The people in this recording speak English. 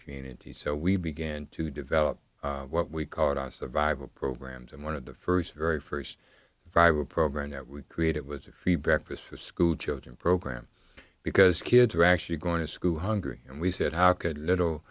community so we began to develop what we call it on survival programs and one of the first very first five a program that would create it was a free breakfast for school children program because kids are actually going to school hungry and we said how could little